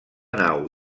nau